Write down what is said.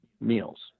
meals